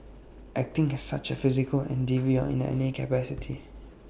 acting is such A physical endeavour in any capacity